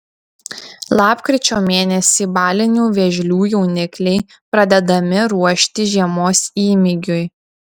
lapkričio mėnesį balinių vėžlių jaunikliai pradedami ruošti žiemos įmygiui